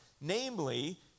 namely